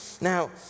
Now